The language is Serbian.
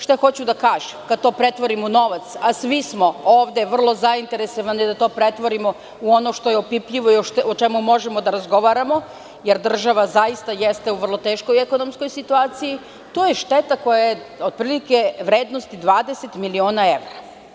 Šta hoću da kažem kada to pretvorimo u novac, a svi smo ovde vrlo zainteresovani da to pretvorimo u ono što je opipljivo i o čemu možemo da razgovaramo, jer država zaista jeste u vrlo teškoj ekonomskoj situaciji, to je šteta koja je otprilike vrednosti 20 miliona evra.